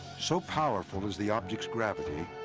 so powerful is the object's gravity,